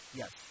yes